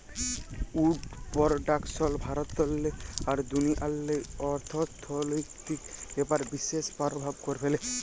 would production ভারতেল্লে আর দুনিয়াল্লে অথ্থলৈতিক ব্যাপারে বিশেষ পরভাব ফ্যালে